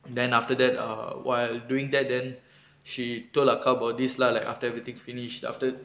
then after that err while doing that then she told அக்கா:akka about this lah like after everything finish after